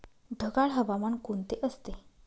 ढगाळ हवामान कोणते असते?